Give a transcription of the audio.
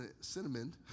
cinnamon